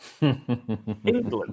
England